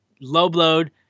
low-blowed